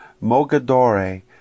Mogadore